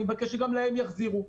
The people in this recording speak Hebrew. אני מבקש שגם להן יחזירו.